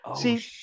See